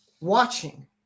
watching